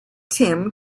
tim